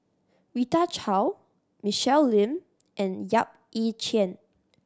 Rita Chao Michelle Lim and Yap Ee Chian